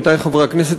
עמיתי חברי הכנסת,